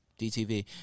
DTV